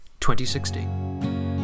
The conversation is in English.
2016